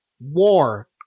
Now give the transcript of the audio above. War